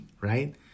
right